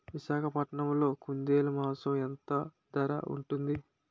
విశాఖపట్నంలో కుందేలు మాంసం ఎంత ధర ఉంటుంది?